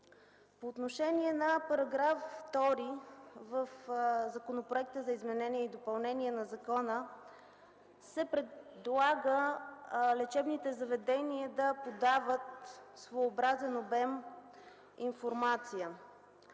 По отношение § 2 в законопроекта за изменение и допълнение на закона се предлага лечебните заведения да подават своеобразен обем информация.